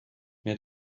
mehr